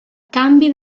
canvi